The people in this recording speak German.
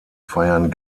feiern